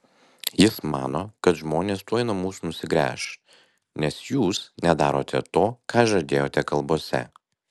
jis mano kad žmonės tuoj nuo mūsų nusigręš nes jūs nedarote to ką žadėjote kalbose